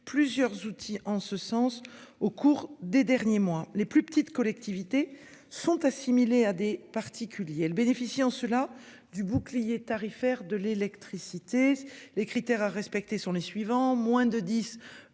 plusieurs outils, en ce sens au cours des derniers mois, les plus petites collectivités sont assimilés à des particuliers le bénéficiant cela du bouclier tarifaire de l'électricité. Les critères à respecter sont les suivants, moins de 10